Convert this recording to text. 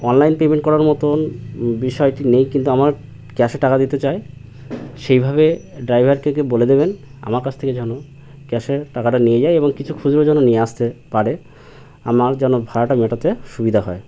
online payment করার মতন বিষয়টি নেই কিন্তু আমার ক্যাশে টাকা দিতে চাই সেই ভাবে ড্রাইভারকে বলে দেবেন আমার কাছ থেকে যেন ক্যাশে টাকাটা নিয়ে যায় এবং কিছু খুচরো যেন নিয়ে আসতে পারে আমার যেন ভাড়াটা মেটাতে সুবিধা হয়